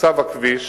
מצב הכביש,